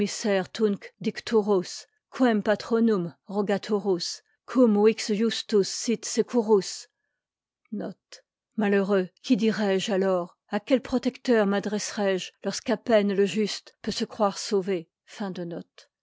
qui dirai-je alors a quel protecteur madresserai je lorsqu'à peine le juste peut se croire sauvé